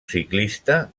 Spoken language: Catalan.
ciclista